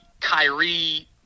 Kyrie